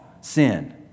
sin